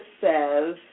says